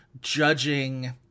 judging